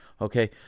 Okay